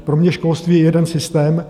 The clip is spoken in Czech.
Pro mě školství je jeden systém.